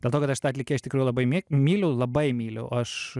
dėl to kad aš tą atlikėją iš tikrųjų labai my myliu labai myliu aš